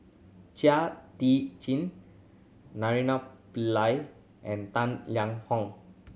Chia Tee Naraina Pillai and Tang Liang Hong